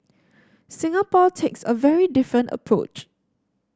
Singapore takes a very different approach